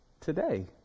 Today